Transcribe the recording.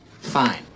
Fine